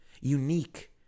unique